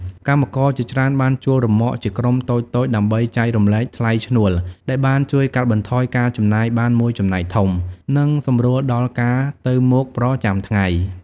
កម្មករជាច្រើនបានជួលរ៉ឺម៉កជាក្រុមតូចៗដើម្បីចែករំលែកថ្លៃឈ្នួលដែលបានជួយកាត់បន្ថយការចំណាយបានមួយចំណែកធំ និងសម្រួលដល់ការទៅមកប្រចាំថ្ងៃ។